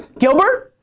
gilbert?